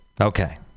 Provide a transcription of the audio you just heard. Okay